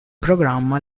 programma